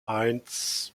eins